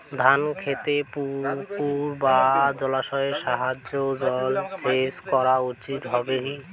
ধান খেতে পুকুর বা জলাশয়ের সাহায্যে জলসেচ করা উচিৎ হবে কি?